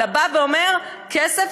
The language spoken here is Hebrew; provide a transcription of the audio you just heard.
אלא בא ואומר: כסף,